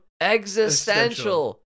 Existential